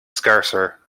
scarcer